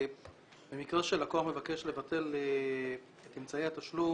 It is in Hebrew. במקרה שלקוח מבקש לבטל את אמצעי התשלום,